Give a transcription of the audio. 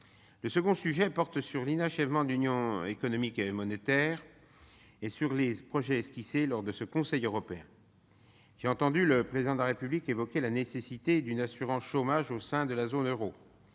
Le second sujet concerne l'inachèvement de l'Union économique et monétaire et sur les projets esquissés lors du Conseil européen. J'ai entendu le Président de la République évoquer la nécessité d'une assurance chômage au sein de la zone euro,